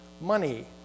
money